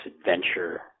adventure